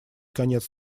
конец